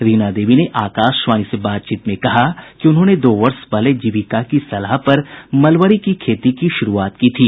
रीना देवी ने आकाशवाणी से बातचीत में कहा कि उन्होंने दो वर्ष पहले जीविका की सलाह पर मलबरी की खेती की शुरुआत की थी